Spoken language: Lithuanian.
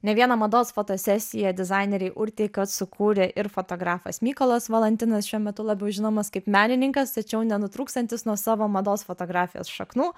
ne vieną mados fotosesiją dizainerei urtei kad sukūrė ir fotografas mykolas valantinas šiuo metu labiau žinomas kaip menininkas tačiau nenutrūkstantis nuo savo mados fotografijos šaknų